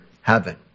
heaven